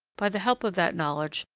by the help of that knowledge,